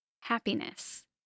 happiness